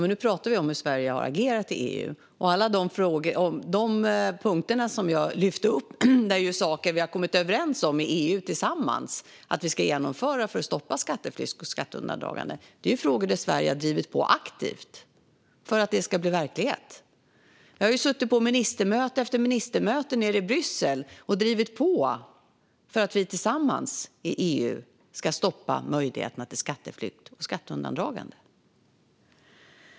Nu talar vi om hur Sverige har agerat i EU, och alla de punkter som jag lyfte upp är ju saker vi tillsammans i EU har kommit överens om att vi ska genomföra för att stoppa skatteflykt och skatteundandragande. Detta är ju frågor där Sverige har drivit på aktivt för att det ska bli verklighet. Jag har suttit på ministermöte efter ministermöte nere i Bryssel och drivit på för att vi tillsammans i EU ska stoppa möjligheterna till skatteflykt och skatteundandragande.